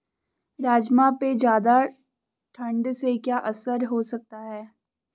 राजमा पे ज़्यादा ठण्ड से क्या असर हो सकता है?